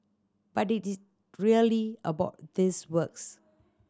but is it really about these works